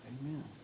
amen